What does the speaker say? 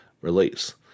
release